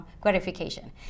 gratification